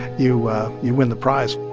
you you win the prize